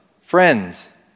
Friends